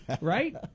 Right